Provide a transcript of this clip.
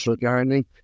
gardening